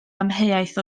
amheuaeth